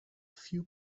few